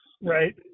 Right